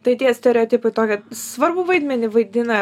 tai tie stereotipai tokia svarbų vaidmenį vaidina